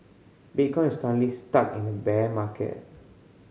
bitcoin is currently stuck in a bear market